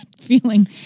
feeling